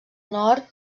nord